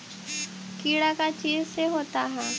कीड़ा का चीज से होता है?